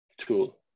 tool